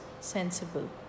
sensible